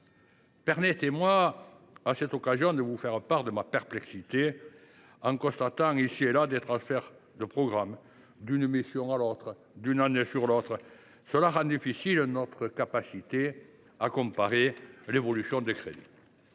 Permettez moi, à cette occasion, de vous faire part de ma perplexité en constatant, ici et là, des transferts de programme, d’une mission à l’autre ou d’une année sur l’autre. Cela réduit notre capacité à comparer l’évolution des crédits.